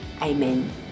Amen